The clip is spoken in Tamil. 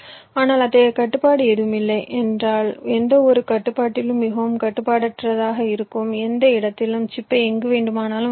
ஆனால் அத்தகைய கட்டுப்பாடு ஏதும் இல்லை என்றால் எந்தவொரு கட்டுப்பாட்டிலும் மிகவும் கட்டுப்பாடற்றதாக இருக்கும் எந்த இடத்திலும் சிப்பை எங்கு வேண்டுமானாலும் வைக்கலாம்